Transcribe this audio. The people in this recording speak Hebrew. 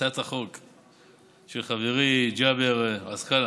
הצעת החוק של חברי ג'אבר עסְקַאלַה.